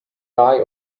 guy